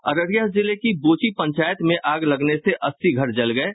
अररिया जिले के बोची पंचायत में आग लगने से अस्सी घर जल गये